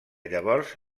llavors